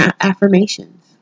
affirmations